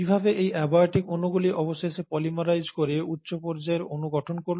কিভাবে এই অ্যাবায়টিক অণুগুলি অবশেষে পলিমারাইজ করে উচ্চ পর্যায়ের অণু গঠন করল